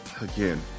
Again